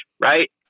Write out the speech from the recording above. Right